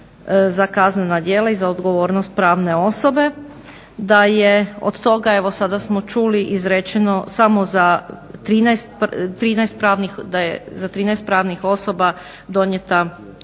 za kaznena djela i za odgovornost pravne osobe, da je od toga evo sada smo čuli izrečeno samo za 13 pravnih osoba, da je